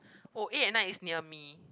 oh eight at night is near me